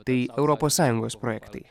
tai europos sąjungos projektai